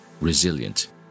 resilient